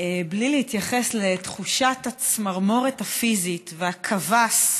בלי להתייחס לתחושת הצמרמורת הפיזית והקבס,